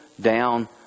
down